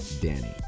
danny